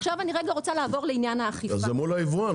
עכשיו אני רוצה רגע לעבור לעניין האכיפה --- אז זה מול היבואן,